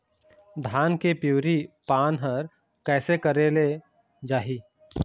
धान के पिवरी पान हर कइसे करेले जाही?